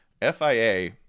fia